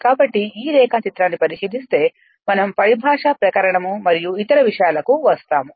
కాబట్టి ఈ రేఖాచిత్రాన్ని పరిశీలిస్తే మనం పరిభాషా ప్రకరనము మరియు ఇతర విషయాలకు వస్తాము